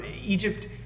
Egypt